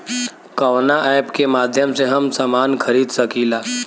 कवना ऐपके माध्यम से हम समान खरीद सकीला?